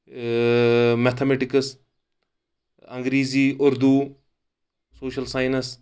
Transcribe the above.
اۭں mathematics انگریزی Urdu social science